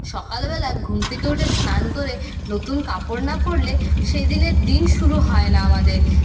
সকালবেলা ঘুম থেকে উঠে স্নান করে নতুন কাপড় না পরলে সেদিনের দিন শুরু হয় না আমাদের